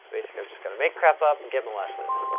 basically, i've just gotta make crap up and get molested.